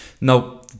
Now